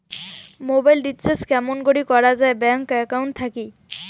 Mobile recharge কেমন করি করা যায় ব্যাংক একাউন্ট থাকি?